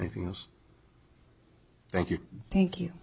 anything else thank you thank you